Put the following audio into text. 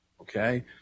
okay